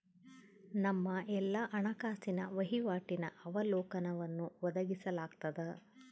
ನಮ್ಮ ಎಲ್ಲಾ ಹಣಕಾಸಿನ ವಹಿವಾಟಿನ ಅವಲೋಕನವನ್ನು ಒದಗಿಸಲಾಗ್ತದ